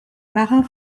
marins